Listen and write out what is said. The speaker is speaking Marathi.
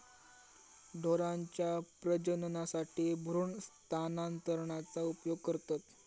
ढोरांच्या प्रजननासाठी भ्रूण स्थानांतरणाचा उपयोग करतत